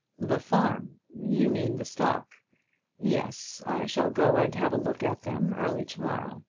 the farm you mean the stock yes i shall go and have a look at them early to-morrow.